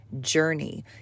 journey